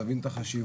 להבין את החשיבות,